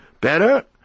better